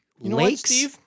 lakes